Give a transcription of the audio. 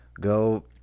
Go